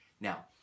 Now